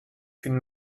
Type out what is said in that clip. qu’une